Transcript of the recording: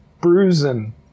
bruising